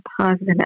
positive